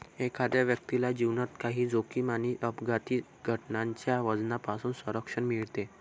एखाद्या व्यक्तीला जीवनात काही जोखीम आणि अपघाती घटनांच्या वजनापासून संरक्षण मिळते